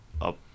up